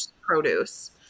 produce